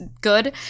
good